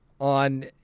on